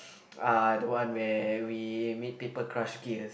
ah the one where we make paper crush gears